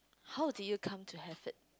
how did you come to have it